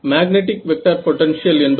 magnetic vector potential என்பது